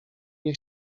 nie